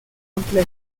amplia